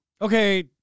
Okay